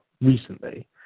recently